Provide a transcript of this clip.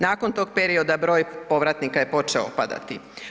Nakon tog perioda broj povratnika je počeo opadati.